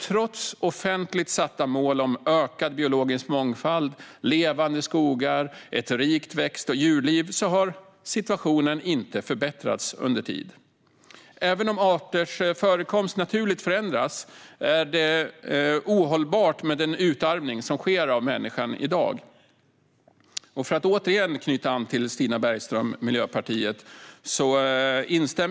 Trots offentligt satta mål om ökad biologisk mångfald, levande skogar och ett rikt växt och djurliv har situationen inte förbättrats under tid. Även om arters förekomst naturligt förändras är det ohållbart med den utarmning som människan gör i dag. Låt mig åter knyta an till Stina Bergström från Miljöpartiet.